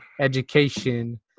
education